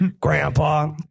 Grandpa